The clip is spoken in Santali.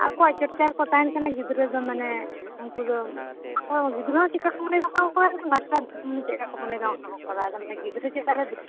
ᱟᱠᱚᱣᱟᱜ ᱪᱚᱨᱪᱟ ᱨᱮᱠᱚ ᱛᱟᱦᱮᱱ ᱠᱟᱱᱟ ᱜᱤᱫᱽᱨᱟᱹ ᱫᱚ ᱢᱟᱱᱮ ᱩᱱᱠᱩ ᱫᱚ ᱟᱠᱚ ᱦᱚᱸ ᱜᱤᱫᱽᱨᱟᱹ ᱦᱚᱸ ᱪᱤᱠᱟᱹ ᱠᱚ ᱢᱚᱱᱮᱭᱟ ᱱᱚᱝᱠᱟ ᱠᱚ ᱠᱚᱨᱟᱣᱫᱟ ᱢᱟᱥᱴᱟᱨ ᱦᱚᱸ ᱪᱮᱫᱠᱟ ᱠᱚ ᱢᱚᱱᱮᱭᱫᱟ ᱚᱱᱠᱟ ᱠᱚ ᱠᱚᱨᱟᱣ ᱫᱟ ᱢᱟᱱᱮ ᱜᱤᱫᱽᱨᱟᱹ ᱪᱮᱛᱟᱱ ᱨᱮ ᱵᱮᱥᱤ